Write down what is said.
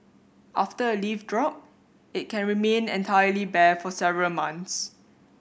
after a leaf drop it can remain entirely bare for several months